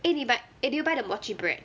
eh 你买 eh did you buy the mochi bread